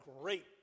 great